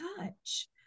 touch